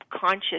conscious